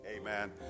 Amen